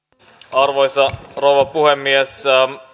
arvoisa rouva puhemies